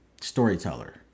storyteller